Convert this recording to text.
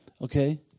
Okay